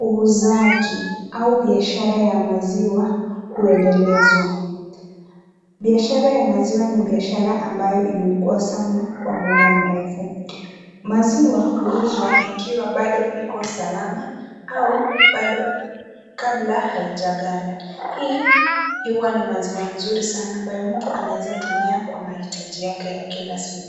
uuzaji au biashara ya maziwa uendelezwa. Biashara ya maziwa ni biashara ambayo imekuwa sana kwa muda mrefu. Maziwa huuzwa ikiwa bado Iko salama au kabla bado haijaganda. Hii huwa ni maziwa nzuri sana ambayo mtu anaweza tumia kwa mahitaji yake ya kila siku.